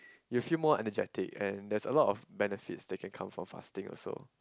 you feel more energetic and there's a lot of benefits that can come from fasting also